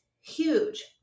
huge